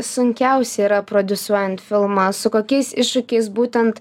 sunkiausia yra prodiusuojant filmą su kokiais iššūkiais būtent